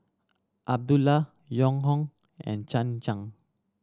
Abdullah Yong Hoong and Chan Chang